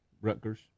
Rutgers